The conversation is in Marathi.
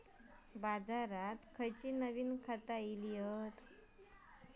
बाजारात खयली नवीन खता इली हत?